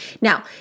Now